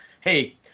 Hey